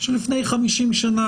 שלפני 50 שנה,